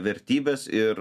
vertybes ir